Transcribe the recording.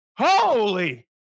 holy